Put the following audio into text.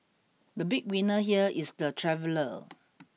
the big winner here is the traveller